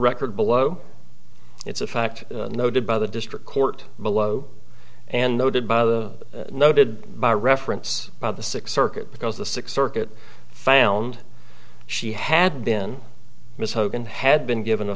record below it's a fact noted by the district court below and noted by the noted by reference about the six circuit because the sixth circuit found she had been mis hogan had been given a